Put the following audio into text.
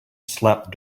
slept